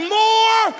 more